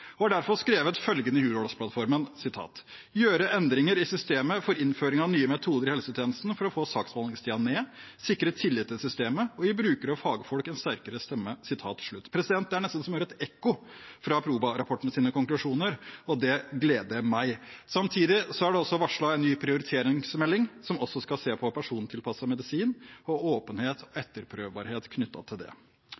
og har derfor skrevet følgende i Hurdalsplattformen: «Gjøre endringer i systemet for innføring av nye metoder i helsetjenesten for å få saksbehandlingstiden ned, sikre tillit til systemet og gi brukere og fagfolk en sterkere stemme». Det er nesten som å høre et ekko fra Proba-rapportens konklusjoner, og det gleder meg. Samtidig er det varslet en ny prioriteringsmelding, som også skal se på persontilpasset medisin og åpenhet og